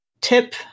Tip